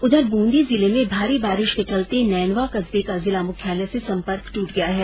उधर ब्रंदी जिले में भारी बारिश के चलते नैनवा कस्बे का जिला मुख्यालय से संपर्क ट्ट गया है